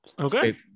okay